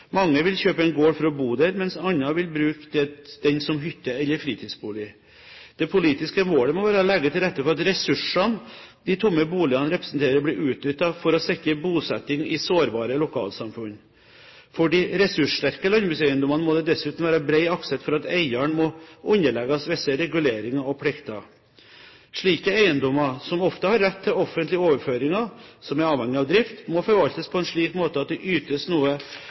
Mange vil kjøpe en gård for å bo der, mens andre vil bruke den som hytte eller fritidsbolig. Det politiske målet må være å legge til rette for at ressursene de tomme boligene representerer, blir utnyttet for å sikre bosetting i sårbare lokalsamfunn. For de ressurssterke landbrukseiendommene må det dessuten være bred aksept for at eieren må underlegges visse reguleringer og plikter. Slike eiendommer, som ofte har rett til offentlige overføringer, som er avhengig av drift, må forvaltes på en slik måte at det ytes noe